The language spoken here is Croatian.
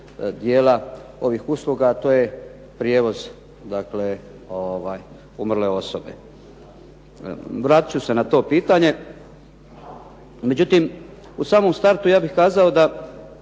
dijela ovih usluga, a to je prijevoz dakle umrle osobe. Vratit ću se na to pitanje. Međutim, u samom startu ja bih kazao da